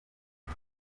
uko